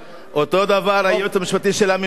אותו דבר הייעוץ המשפטי של הממשלה.